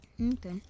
Okay